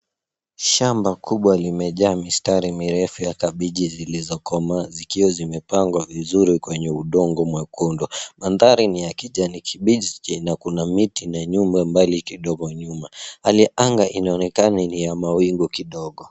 Shamba kubwa limejaa mistari mirefu ya kabeji zilizokomaa zikiwa zimepangwa vizuri kwenye udongo mwekundu. Mandhari ni ya kijani kibichi na kuna miti na nyumba mbali kidogo nyuma. Hali ya anga inaonekana ni ya mawingu kidogo.